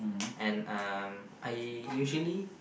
and um I usually